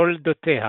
תולדותיה